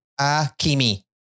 Akimi